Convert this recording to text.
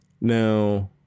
Now